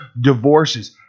divorces